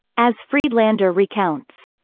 as friedlander recounts,